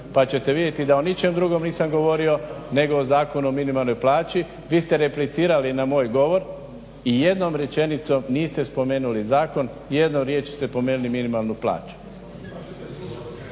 pa ćete vidjeti da o ničem drugom nisam govorio nego o Zakonu o minimalnoj plaći. Vi ste replicirali na moj govor, nijednom rečenicom niste spomenuli zakon, jednom rječju ste spomenuli minimalnu plaću.